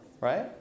right